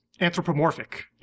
anthropomorphic